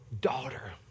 daughter